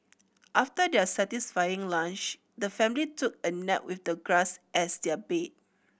after their satisfying lunch the family took a nap with the grass as their bed